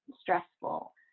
stressful